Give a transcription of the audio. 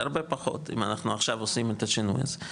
זה הרבה פחות אם אנחנו עכשיו עושים את השינוי הזה.